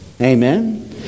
Amen